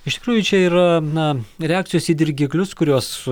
iš tikrųjų čia yra na reakcijos į dirgiklius kuriuos